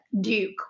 Duke